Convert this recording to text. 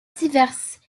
diverses